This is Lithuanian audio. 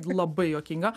labai juokinga